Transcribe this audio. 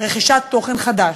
ברכישת תוכן חדש.